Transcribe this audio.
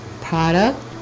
product